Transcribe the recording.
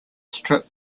strip